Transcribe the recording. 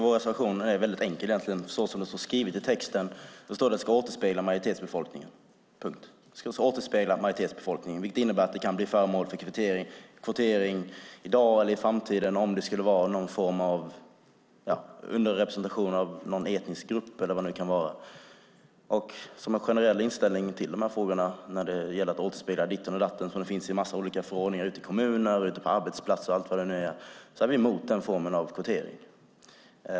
Fru talman! Vår reservation är egentligen rätt enkel. I utskottstexten står att nämndemännen ska återspegla majoritetsbefolkningen. Det innebär att det kan bli aktuellt med kvotering i dag eller i framtiden om det skulle vara någon form av underrepresentation av någon etnisk grupp eller vad det nu kan vara. Vår generella inställning till detta med att sammansättningen ska återspegla det ena eller andra - det finns i en massa olika förordningar i kommuner och ute på arbetsplatser och så vidare - är att vi är emot kvotering.